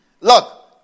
Look